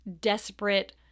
desperate